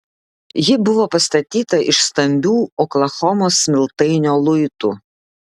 ji buvo pastatyta iš stambių oklahomos smiltainio luitų